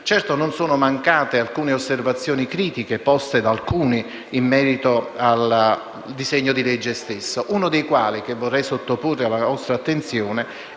Certo, non sono mancate alcune osservazioni critiche poste da alcuni in merito al disegno di legge stesso. Una di queste vorrei sottoporla alla nostra attenzione